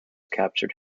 captured